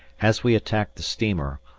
as we attacked the steamer,